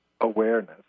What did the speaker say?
awareness